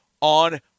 on